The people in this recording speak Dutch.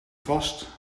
vast